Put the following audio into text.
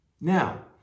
Now